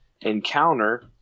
encounter